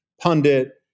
pundit